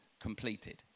completed